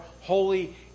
holy